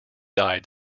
died